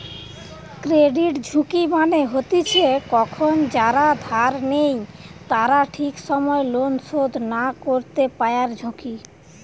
credit ঝুঁকি মানে হতিছে কখন যারা ধার নেই তারা ঠিক সময় লোন শোধ না করতে পায়ারঝুঁকি